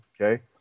Okay